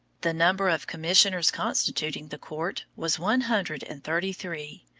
the number of commissioners constituting the court was one hundred and thirty-three,